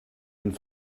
man